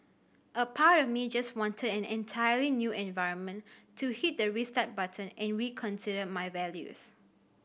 a part of me just wanted an entirely new environment to hit the restart button and reconsider my values